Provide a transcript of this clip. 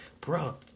Bro